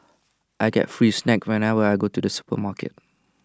I get free snack whenever I go to the supermarket